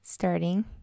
starting